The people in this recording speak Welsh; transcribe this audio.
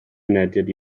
mynediad